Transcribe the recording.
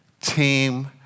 team